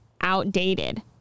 outdated